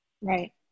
Right